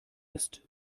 ist